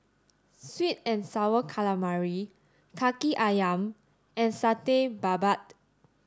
sweet and sour calamari Kaki Ayam and Satay Babat